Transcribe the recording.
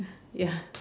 ya